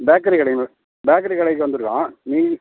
bakery கடைங்களா bakery கடைக்கு வந்துருக்கோம் நீ